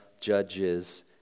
Judges